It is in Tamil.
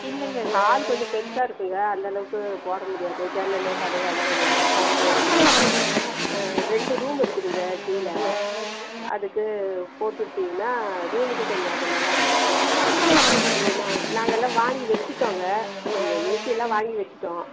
இல்லைங்க ஹால் கொஞ்சம் பெருசாக இருக்குங்க அந்தளவுக்கு போடமுடியாது ஜன்னல் கதவெல்லாம் கொஞ்சம் திறந்தே இருக்கும் ரெண்டு ரூம் இருக்குதுங்க கீழே அதுக்கு போட்டுவிட்டிங்கன்னா ரூமுக்கு கொஞ்சம் அது நல்லா இருக்கும் நான் நாங்கள் எல்லாம் வாங்கி வச்சுட்டோங்க ஏசியெல்லாம் வாங்கி வச்சுட்டோம்